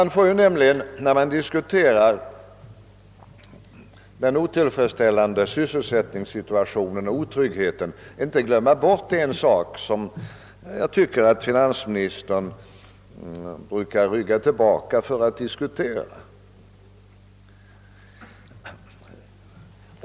När vi diskuterar otryggheten och den otillfredsställande sysselsättningen får vi inte glömma en sak, som jag tycker att finansministern brukar vara föga benägen att diskutera.